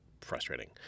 frustrating